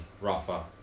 Rafa